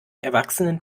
erwachsenen